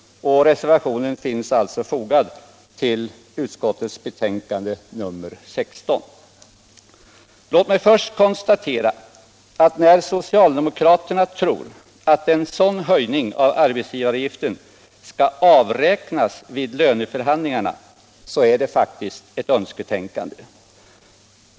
Reservationen finns fogad till utskottets betänkande nr 16. Låt mig först konstatera att när socialdemokraterna tror att en sådan höjning av arbetsgivaravgiften skall avräknas vid löneförhandlingarna, så är det ett önsketänkande.